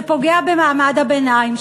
שפוגע במעמד הביניים,